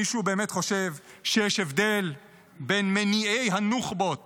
מישהו באמת חושב שיש הבדל בין מניעי הנוח'בות